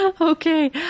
Okay